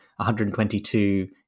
122